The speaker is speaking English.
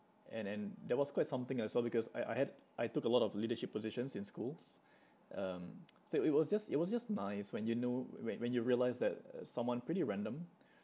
and and that was quite something as well because I I had I took a lot of leadership positions in schools um so it was just it was just nice when you know when when you realise that uh someone pretty random